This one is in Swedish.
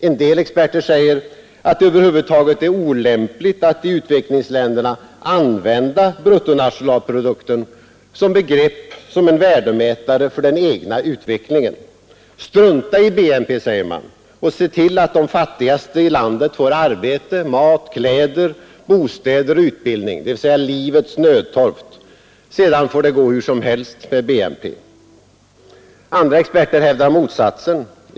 En del experter säger, att det över huvud taget är olämpligt att i utvecklingsländerna använda vårt bruttonationalproduktbegrepp som en värdemätare för den egna utvecklingen. Strunta i BNP, säger man, och se till att de fattigaste i landet får arbete, mat, kläder, bostäder och utbildning, dvs. livets nödtorft, sedan får det gå hur som helt med BNP. Andra experter hävdar motsatsen.